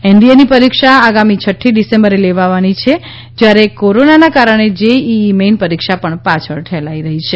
એનડીએની પરીક્ષા આગામીછઠ્ઠી ડિસેમ્બરે લેવાવાની છે જ્યારે કોરોનાના કારણે જેઈઈ મેઇન પરીક્ષા પણ પાછળઠેલાઈ રહી છે